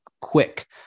Quick